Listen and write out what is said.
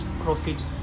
profit